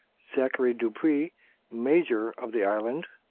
zacharie dupuy, major of the island